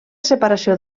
separació